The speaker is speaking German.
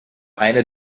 einer